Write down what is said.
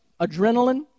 adrenaline